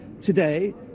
today